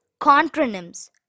Contronyms